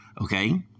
Okay